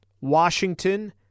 Washington